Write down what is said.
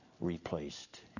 replaced